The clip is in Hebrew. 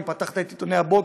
אם פתחת את עיתוני הבוקר,